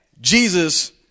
Jesus